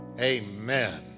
Amen